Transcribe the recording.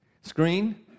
screen